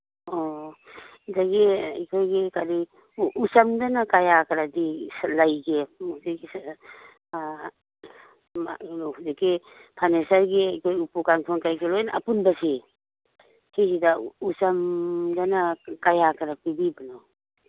ꯑꯣ ꯑꯗꯒꯤ ꯑꯩꯈꯣꯏꯒꯤ ꯀꯔꯤ ꯎꯆꯝꯗꯅ ꯀꯌꯥꯀꯗꯤ ꯂꯩꯒꯦ ꯍꯧꯖꯤꯛꯀꯤ ꯐꯔꯅꯤꯆꯔꯒꯤ ꯑꯩꯈꯣꯏ ꯎꯄꯨ ꯀꯥꯡꯊꯣꯟ ꯀꯩꯀꯩ ꯂꯣꯏꯅ ꯑꯄꯨꯟꯕꯁꯦ ꯁꯤꯁꯤꯗ ꯎꯆꯝꯗꯅ ꯀꯌꯥꯀꯗꯤ ꯄꯤꯕꯤꯕꯅꯣ